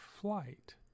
flight